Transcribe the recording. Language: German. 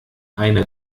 eine